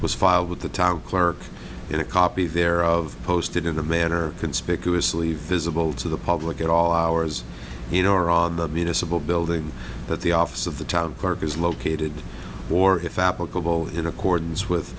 was filed with the clerk in a copy there of posted in a manner conspicuously visible to the public at all hours you know or on the municipal building that the office of the town clerk is located war if applicable in accordance with